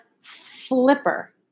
flipper